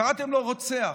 קראתם לו "רוצח",